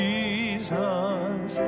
Jesus